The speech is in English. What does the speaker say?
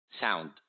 sound